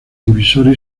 divisoria